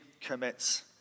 commits